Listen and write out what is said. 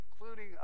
including